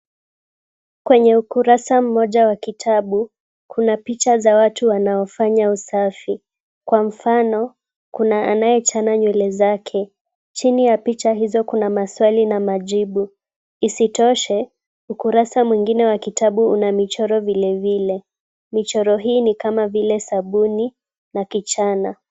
Kwenye ukurasa mmoja wa kitabu, kuna picha za watu wanaofanya usafi. Kwa mfano, kuna anayechana nywele zake. Chini ya picha hizo kuna maswali na majibu. Isitoshe, ukurasa mwingine wa kitabu una michoro vilevile. Michoro hii ni kama vile sabuni na kichana.